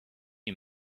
you